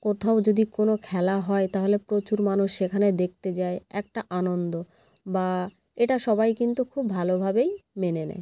কোথাও যদি কোনও খেলা হয় তাহলে প্রচুর মানুষ সেখানে দেখতে যায় একটা আনন্দ বা এটা সবাই কিন্তু খুব ভালোভাবেই মেনে নেয়